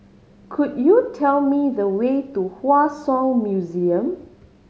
could you tell me the way to Hua Song Museum